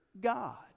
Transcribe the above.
God